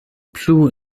plu